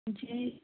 جی